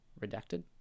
Redacted